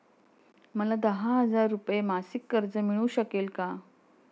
मला दहा हजार रुपये मासिक कर्ज मिळू शकेल का?